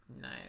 Nice